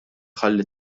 ħalli